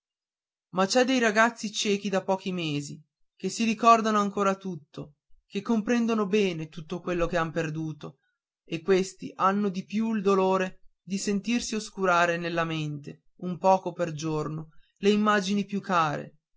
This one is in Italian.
ma c'è dei ragazzi ciechi da pochi mesi che si ricordano ancora di tutto che comprendono bene tutto quello che han perduto e questi hanno di più il dolore di sentirsi oscurare nella mente un poco ogni giorno le immagini più care